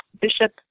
Bishop